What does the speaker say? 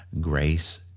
grace